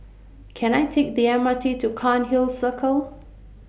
Can I Take The M R T to Cairnhill Circle